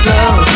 Love